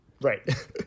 Right